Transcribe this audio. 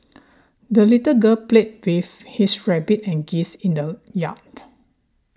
the little girl played with his rabbit and geese in the yard